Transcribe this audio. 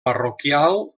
parroquial